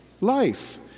life